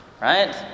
Right